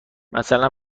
مثلا